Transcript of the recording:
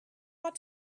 ought